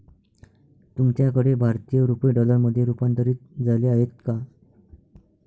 तुमच्याकडे भारतीय रुपये डॉलरमध्ये रूपांतरित झाले आहेत का?